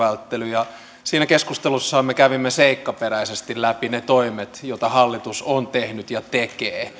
ja siinä keskustelussa me kävimme seikkaperäisesti läpi ne toimet joita hallitus on tehnyt ja tekee